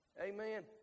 Amen